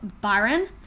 Byron